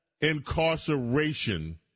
incarceration